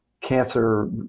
cancer